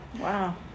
Wow